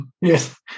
yes